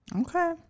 okay